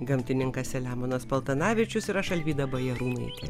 gamtininkas selemonas paltanavičius ir aš alvyda bajarūnaitė